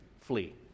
Flee